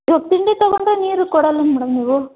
ಇವಾಗ ತಿಂಡಿ ತೊಗೊಂಡರೆ ನೀರು ಕೊಡಲ್ಲವಾ ಮೇಡಮ್ ನೀವು